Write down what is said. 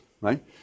right